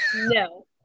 No